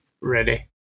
Ready